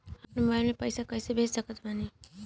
हम अपना मोबाइल से पैसा कैसे भेज सकत बानी?